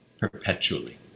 perpetually